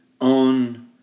on